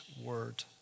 word